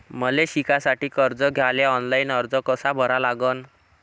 मले शिकासाठी कर्ज घ्याले ऑनलाईन अर्ज कसा भरा लागन?